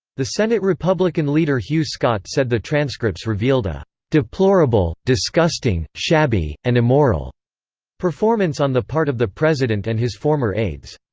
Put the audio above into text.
the senate republican leader hugh scott said the transcripts revealed a deplorable, disgusting, shabby, and immoral performance on the part of the president and his former aides.